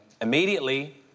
immediately